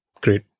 great